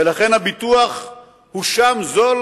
ולכן הביטוח הוא שם זול